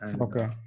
Okay